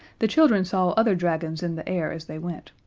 the children saw other dragons in the air as they went,